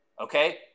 Okay